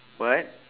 what